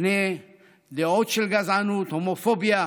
בפני דעות של גזענות, הומופוביה,